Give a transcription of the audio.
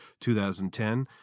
2010